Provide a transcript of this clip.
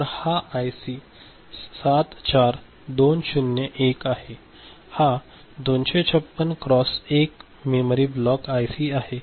तर हा आयसी 74201 आहे हा 256 क्रॉस 1 मेमरी ब्लॉक आयसी आहे